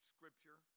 Scripture